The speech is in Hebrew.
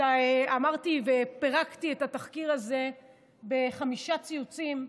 אז אמרתי, ופירקתי את התחקיר הזה בחמישה ציוצים.